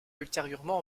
ultérieurement